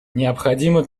необходимо